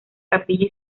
capilla